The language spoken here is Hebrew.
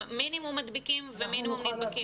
הם מינימום מדביקים ומינימום נדבקים.